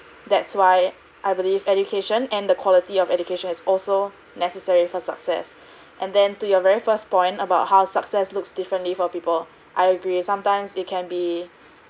that's why I believe education and the quality of education is also necessary for success and then to your very first point about how success looks differently for people I agree sometimes it can be